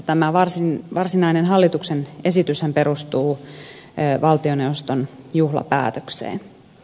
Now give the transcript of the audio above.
tämä varsinainen hallituksen esityshän perustuu valtioneuvoston juhlapäätökseen